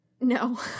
No